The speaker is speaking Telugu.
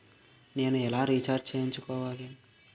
నేను ఎలా రీఛార్జ్ చేయించుకోవాలి?